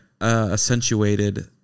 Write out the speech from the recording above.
accentuated